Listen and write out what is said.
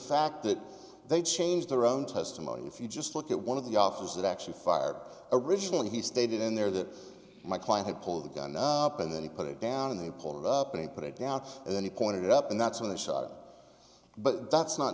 fact that they changed their own testimony if you just look at one of the officers that actually fired originally he stated in there that my client had pulled the gun up and then he put it down and they pulled it up and put it down and then he pointed it up and that's when i shot it but that's not